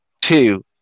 two